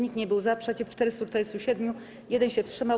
Nikt nie był za, przeciw - 447, 1 się wstrzymał.